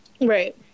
Right